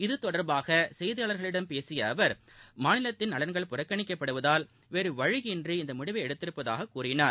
இது தொடர்பாக செய்தியாளர்களிடம் பேசிய அவர் மாநிலத்தின் நலன்கள் புறக்கணிக்கப்படுவதால் வேறு வழியின்றி இந்த முடிவை எடுத்திருப்பதாகக் கூறினார்